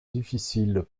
difficiles